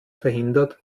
verhindert